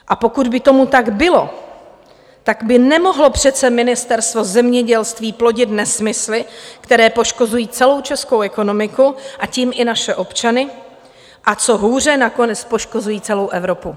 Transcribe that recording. A pokud by tomu tak bylo, tak by nemohlo přece ministerstvo zemědělství plodit nesmysly, které poškozují celou českou ekonomiku, a tím i naše občany, a co hůře, nakonec poškozují celou Evropu.